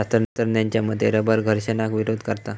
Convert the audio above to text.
शास्त्रज्ञांच्या मते रबर घर्षणाक विरोध करता